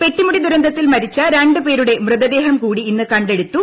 പെട്ടിമുടി ദുരന്തത്തിൽ മരിച്ച രണ്ടു പേരുടെ മൃതദേഹം കൂടി ഇന്ന് കണ്ടെടുത്തു